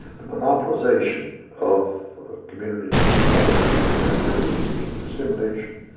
the monopolization of community television and news, the dissemination,